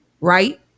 Right